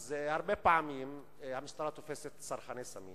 אז הרבה פעמים המשטרה תופסת צרכני סמים